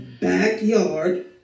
backyard